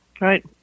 Right